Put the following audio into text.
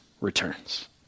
returns